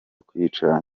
kwicara